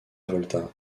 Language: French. volta